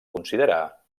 considerar